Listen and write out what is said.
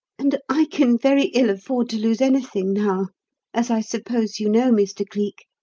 and i can very ill afford to lose anything now as i suppose you know, mr. cleek.